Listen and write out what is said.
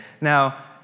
now